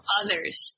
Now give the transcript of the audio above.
others